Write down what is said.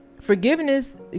Forgiveness